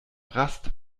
rast